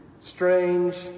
strange